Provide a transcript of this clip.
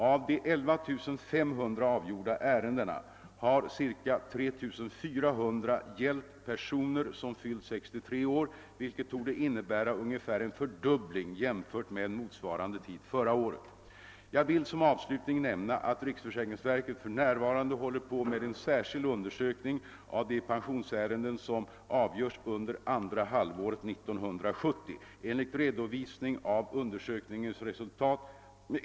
Av de 11500 avgjorda ärendena har ca 3400 gällt personer som fyllt 63 år, vilket torde innebära ungefär en fördubbling jämfört med motsvarande tid förra året. Jag vill som avslutning nämna att riksförsäkringsverket för närvarande håller på med en särskild undersökning av de pensionsärenden som avgörs under andra halvåret 1970.